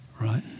right